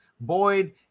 Boyd